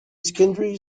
secondary